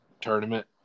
tournament